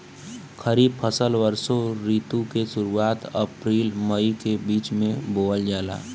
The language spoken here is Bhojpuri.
खरीफ फसल वषोॅ ऋतु के शुरुआत, अपृल मई के बीच में बोवल जाला